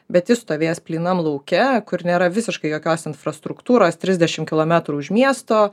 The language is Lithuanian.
bet jis stovės plynam lauke kur nėra visiškai jokios infrastruktūros trisdešimt kilometrų už miesto